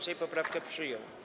Sejm poprawkę przyjął.